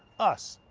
us.